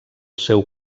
seu